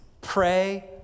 Pray